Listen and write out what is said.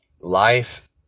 Life